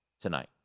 tonight